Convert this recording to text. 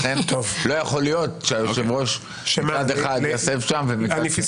לכן לא יכול להיות שהיושב-ראש מצד אחד --- פספסתי.